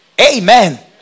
Amen